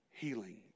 healing